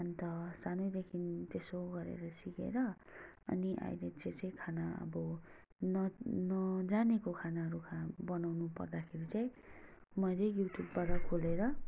अन्त सानैदेखि त्यसो गरेर सिकेर अनि अहिले चाहिँ चाहिँ खाना अब न नजानेको खानाहरू खा बनाउनु पर्दाखेरि चाहिँ मैले युट्युबबाट खोलेर